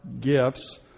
gifts